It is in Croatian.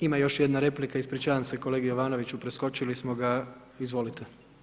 Ima još jedna replika, ispričavam se kolegi Jovanoviću, preskočili smo ga, izvolite.